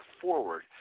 forward